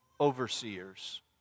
overseers